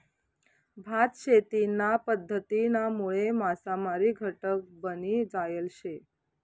भात शेतीना पध्दतीनामुळे मासामारी घटक बनी जायल शे